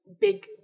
big